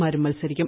മാരും മത്സരിക്കും